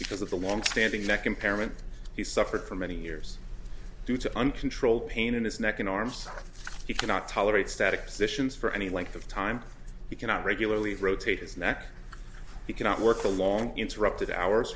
because of the long standing neck impairment he suffered for many years due to uncontrolled pain in his neck and arms he cannot tolerate static positions for any length of time he cannot regularly rotate his neck he cannot work along interrupted hours